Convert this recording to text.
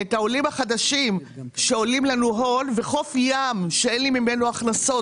את העולים החדשים שעולים לנו הון וחוף ים שאין לי ממנו הכנסות,